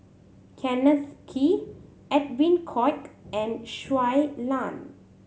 Kenneth Kee Edwin Koek and Shui Lan